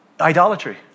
Idolatry